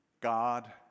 God